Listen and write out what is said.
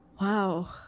Wow